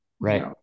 Right